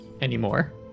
anymore